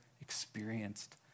experienced